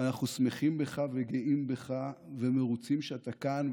ואנחנו שמחים בך וגאים בך ומרוצים שאתה כאן,